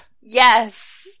Yes